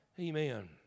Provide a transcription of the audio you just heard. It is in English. Amen